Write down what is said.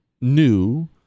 new